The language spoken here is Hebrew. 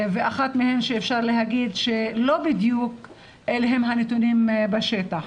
ואחת מהן שאפשר להגיד שלא בדיוק אלה הם הנתונים בשטח.